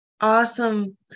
awesome